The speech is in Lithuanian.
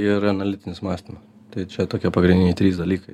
ir analitinis mąstymas tai čia tokie pagrindiniai trys dalykai